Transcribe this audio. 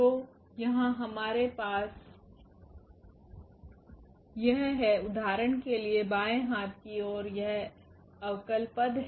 तो यहाँ हमारे पास यह है उदाहरण के लिए बाएं हाथ की ओर यह अवकल पद है